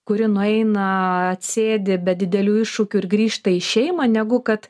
kuri nueina atsėdi be didelių iššūkių ir grįžta į šeimą negu kad